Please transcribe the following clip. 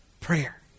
prayer